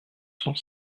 cent